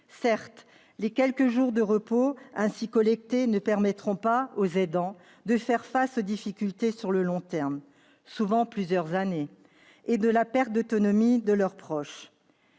Certes, les quelques jours de repos ainsi collectés ne permettront pas aux aidants de faire face sur le long terme- souvent plusieurs années -aux difficultés liées à la perte d'autonomie de leur proche.